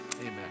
Amen